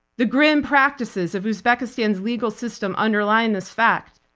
the grim practices of uzbekistan's legal system underlying this fact.